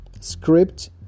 script